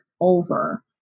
over